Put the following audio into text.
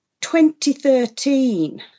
2013